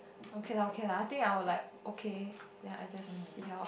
okay lah okay lah I think I will like okay then I just see how